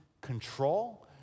control